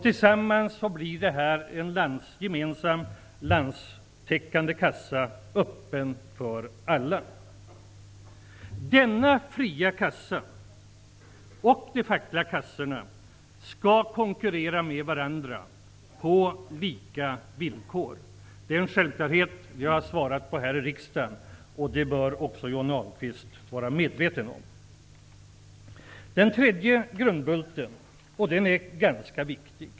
Tillsammans bildar dessa kassor en gemensam landstäckande kassa, öppen för alla. Denna fria kassa och de fackliga kassorna skall konkurrera på lika villkor. Det är en självklarhet. Jag har svarat på frågor om det här i riksdagen. Det bör också Johnny Ahlqvist vara medveten om. Den tredje grundbulten är ganska viktig.